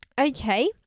Okay